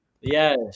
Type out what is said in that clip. yes